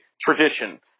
tradition